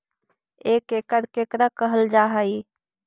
एक एकड़ केकरा कहल जा हइ?